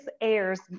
airs